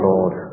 Lord